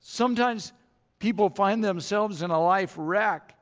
sometimes people find themselves in a life wreck